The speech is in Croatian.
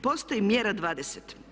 Postoji mjera 20.